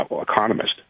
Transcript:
Economist